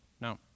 No